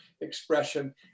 expression